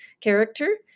character